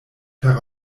per